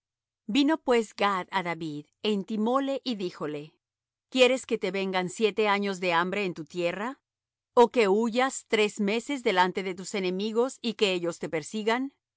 vino pues gad á david é intimóle y díjole quieres que te vengan siete años de hambre en tu tierra ó que huyas tres meses delante de tus enemigos y que ellos te persigan